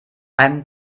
einem